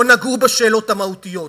לא נגעו בשאלות המהותיות,